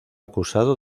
acusado